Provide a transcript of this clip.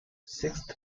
six